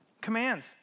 Commands